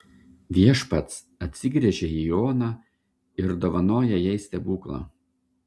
viešpats atsigręžia į oną ir dovanoja jai stebuklą